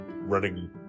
running